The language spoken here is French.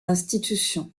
institutions